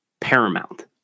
paramount